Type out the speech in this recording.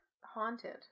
Haunted